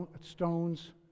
stones